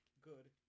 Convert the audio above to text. Good